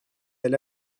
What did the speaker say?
elle